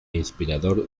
inspirador